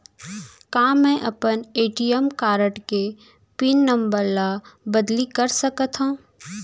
का मैं अपन ए.टी.एम कारड के पिन नम्बर ल बदली कर सकथव?